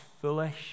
foolish